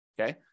Okay